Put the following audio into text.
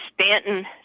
Stanton